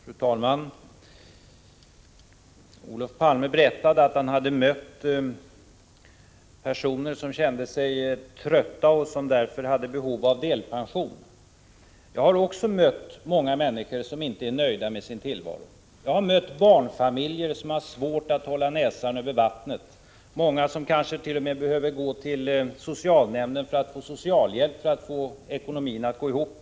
Fru talman! Olof Palme berättade att han hade mött personer som kände sig trötta och som därför hade behov av delpension. Jag har också mött många människor som inte är nöjda med sin tillvaro. Jag har mött barnfamiljer som har svårt att hålla näsan över vattnet, många som kanske t.o.m. behöver gå till socialnämnden och få socialbidrag för att ekonomin skall gå ihop.